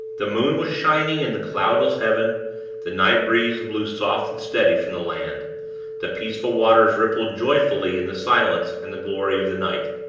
the moon was shining in the cloudless heaven the night-breeze blew soft and steady from the land the peaceful waters rippled joyfully in the silence and the glory of the night.